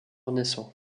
naissant